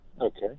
Okay